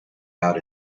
out